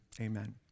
amen